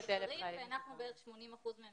הנחנו שבערך 80 אחוזים מהם